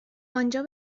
آنجا